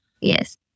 Yes